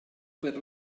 per